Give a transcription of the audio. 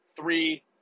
three